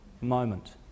moment